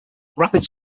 rapids